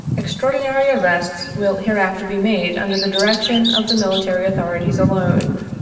extraordinary arrests will hereafter be made under the direction of the military authorities alone.